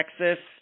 Texas